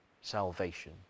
salvation